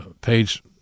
Page